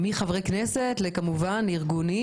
מחברי כנסת לארגונים.